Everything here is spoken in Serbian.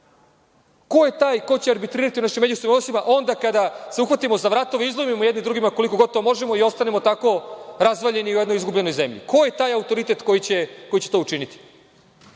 ko je taj ko će arbitrirati našim međusobnim onda kada se uhvatimo za vratove, izlomimo jedni drugima, koliko god to možemo i ostanemo tako razvaljeni u jednoj izgubljenoj zemlji, ko je taj autoritet koji će to učiniti?